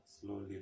slowly